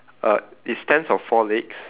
uh it stands on four legs